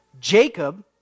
Jacob